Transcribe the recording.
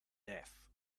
death